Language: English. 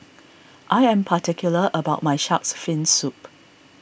I am particular about my Shark's Fin Soup